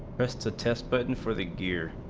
best to test button for the year